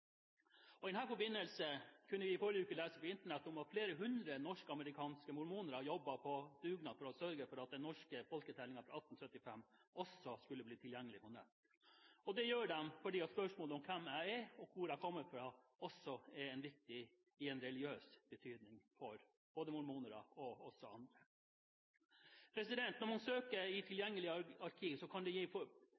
I den forbindelse kunne vi i forrige uke lese på Internett om at flere hundre norskamerikanske mormoner jobber på dugnad for å sørge for at den norske folketellingen fra 1875 også skal bli tilgjengelig på nett. Det gjør de fordi spørsmålet om hvem jeg er, og hvor jeg kommer fra, også er viktig i en religiøs betydning både for mormoner og andre. Når man søker i